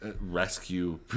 rescue